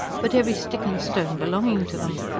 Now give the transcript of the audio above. but every stick and stone belonging to them.